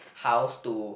house to